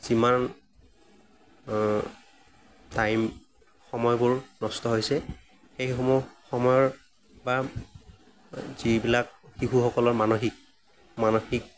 যিমান টাইম সময়বোৰ নষ্ট হৈছে সেইসমূহ সময়ৰ বা যিবিলাক শিশুসকলৰ মানসিক মানসিক